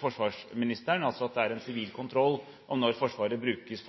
forsvarsministeren – altså at det er en sivil kontroll med når Forsvaret brukes